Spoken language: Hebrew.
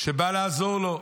שבא לעזור לו.